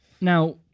Now